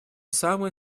самые